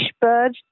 birds